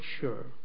sure